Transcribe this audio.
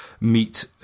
meet